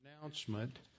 announcement